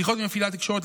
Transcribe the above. שיחות ממפעילי התקשורת,